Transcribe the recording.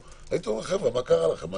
הייתם אומרים שזה לא בסדר.